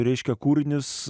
reiškia kūrinius